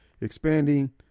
expanding